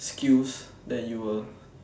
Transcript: skills that you will